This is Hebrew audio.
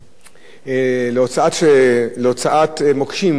להוצאת מוקשים משטחים,